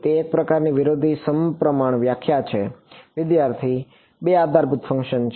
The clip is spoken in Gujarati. તે એક પ્રકારની વિરોધી સપ્રમાણ વ્યાખ્યા છે વિદ્યાર્થી બે આધારભૂત ફંકશન છે